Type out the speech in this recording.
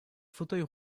fauteuil